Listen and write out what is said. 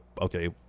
okay